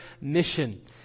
mission